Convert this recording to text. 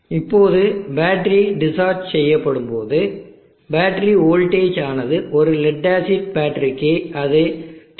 இப்போது battery discharge செய்யப்படும்போது battery voltage ஆனது ஒரு லெட் ஆசிட் பேட்டரிக்கு அது 10